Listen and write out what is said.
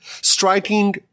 striking